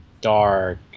dark